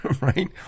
right